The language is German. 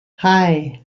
hei